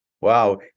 wow